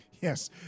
Yes